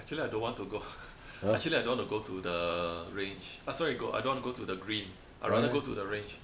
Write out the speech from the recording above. actually I don't want to go;f actually I don't want to go to the range eh sorry I don't want to go to the green I'd rather go to the range